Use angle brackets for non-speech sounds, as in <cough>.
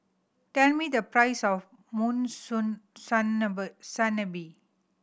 tell me the price of <unintelligible>